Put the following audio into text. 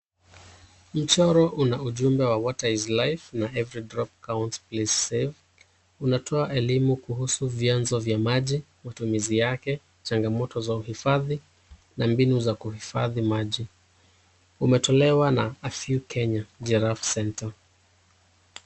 Mchoro una ujumbe wa water is life na every drop counts please save . Kunatoa elimu kuhusu vyanzo vya maji, matumizi yake, changamoto ya uhifadhi na mbinu za kuhifadhi maji. Umetolewa na a few Kenya giraffe .